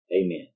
Amen